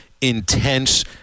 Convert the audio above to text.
intense